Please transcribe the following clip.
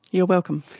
you're welcome.